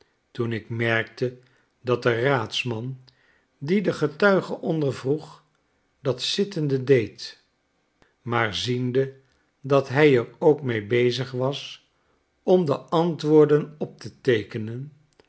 toen ik merkte dat de raadsman die den ge tuige ondervroeg dat zittende deed maap ziende dat hij er ook mee bezig was om de antwoorden op te teekenen